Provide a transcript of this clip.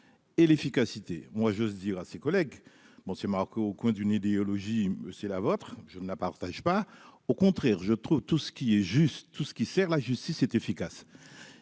et l'efficacité, moi j'ose dire à ses collègues, bon c'est Marco au coin d'une idéologie, c'est la vôtre, je ne la partage pas, au contraire, je trouve tout ce qui est juste, tout ce qui sert la justice est efficace